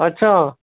ਅੱਛਾ